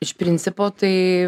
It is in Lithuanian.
iš principo tai